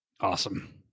Awesome